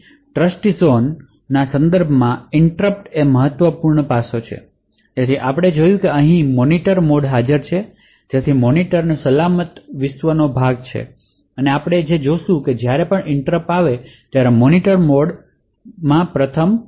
ટ્રસ્ટઝોનના સંદર્ભમાં ઇનટ્રપટ એક મહત્વપૂર્ણ પાસું છે તેથી આપણે જોયું છે કે અહીં એક મોનિટરમોડહાજર છે જેથી મોનિટરસલામત વિશ્વનો ભાગ છે અને આપણે જે જોશું તે છે કે જ્યારે પણ ઇનટ્રપટ આવે છે તેથી તે મોનિટરમોડપર પ્રથમ ચેનલ થયેલ છે